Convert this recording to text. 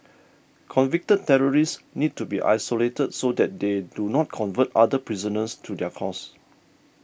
convicted terrorists need to be isolated so that they do not convert other prisoners to their cause